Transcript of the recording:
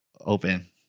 open